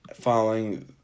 following